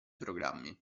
programmi